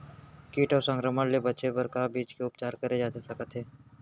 किट अऊ संक्रमण ले बचे बर का बीज के उपचार करे जाथे सकत हे?